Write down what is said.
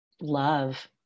love